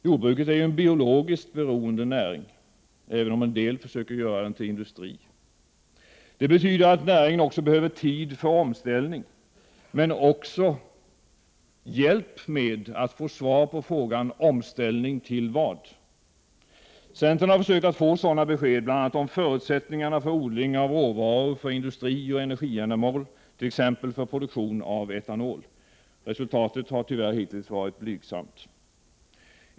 Jordbruket är ju en biologiskt beroende näring — även om en del försöker göra denna näring till industri. Det betyder att näringen också behöver tid för omställning. Men den behöver även hjälp med att få svar på frågan: Omställning till vad? Centern har försökt att få sådana besked, bl.a. om förutsättningar för odling av råvaror för industrioch energiändamål — t.ex. för produktion av etanol. Resultatet har tyvärr hittills varit blygsamt.